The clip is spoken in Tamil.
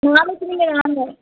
நாளைக்கு நீங்கள் வாங்க